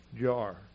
jar